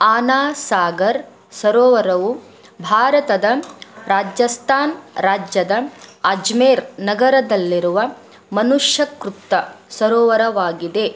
ಆನಾ ಸಾಗರ್ ಸರೋವರವು ಭಾರತದ ರಾಜಸ್ಥಾನ್ ರಾಜ್ಯದ ಅಜ್ಮೇರ್ ನಗರದಲ್ಲಿರುವ ಮನುಷ್ಯ ಕೃತ ಸರೋವರವಾಗಿದೆ